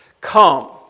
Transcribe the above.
Come